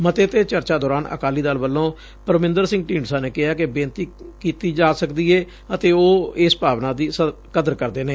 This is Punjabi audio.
ਮੱਤੇ ਤੇ ਚਰਚਾ ਦੌਰਾਨ ਅਕਾਲੀ ਦਲ ਵੱਲੋਂ ਪਰਮਿੰਦਰ ਸਿੰਘ ਢੀਂਡਸਾ ਨੇ ਕਿਹਾ ਕਿ ਬੇਨਤੀ ਕੀਤੀ ਜਾ ਸਕਦੀ ਏ ਅਤੇ ਉਹ ਭਾਵਨਾ ਦੀ ਕਦਰ ਕਰਦੇ ਨੇ